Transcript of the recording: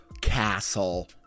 castle